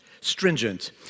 stringent